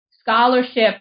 scholarship